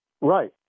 right